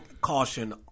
caution